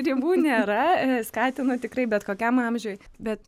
ribų nėra skatinu tikrai bet kokiam amžiuj bet